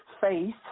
Faith